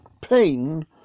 pain